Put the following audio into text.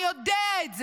אני יודע את זה.